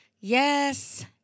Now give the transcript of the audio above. Yes